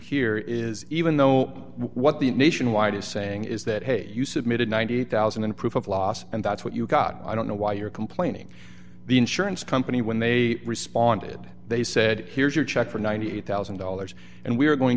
here is even though what the nationwide is saying is that hey you submitted ninety thousand and proof of loss and that's what you got i don't know why you're complaining the insurance company when they responded they said here's your check for ninety eight thousand dollars and